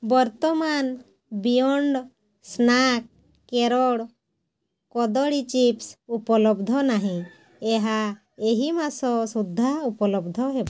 ବର୍ତ୍ତମାନ Beyond Snack Kerala କଦଳୀ chips ଉପଲବ୍ଧ ନାହିଁ ଏହା ଏହି ମାସ ସୁଦ୍ଧା ଉପଲବ୍ଧ ହେବ